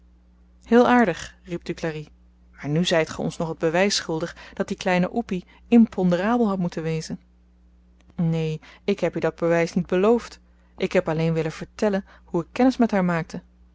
heel aardig riep duclari maar nu zyt ge ons nog t bewys schuldig dat die kleine oepi imponderabel had moeten wezen neen ik heb u dat bewys niet beloofd ik heb alleen willen vertellen hoe ik kennis met haar maakte